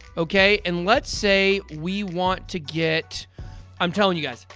okay? and let's say we want to get i'm telling you, guys,